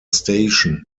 station